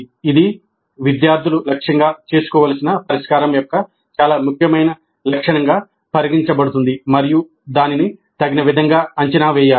ఇది విద్యార్థులు లక్ష్యంగా చేసుకోవలసిన పరిష్కారం యొక్క చాలా ముఖ్యమైన లక్షణంగా పరిగణించబడుతుంది మరియు దానిని తగిన విధంగా అంచనా వేయాలి